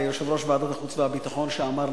ליושב-ראש ועדת החוץ והביטחון שאמר,